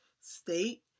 state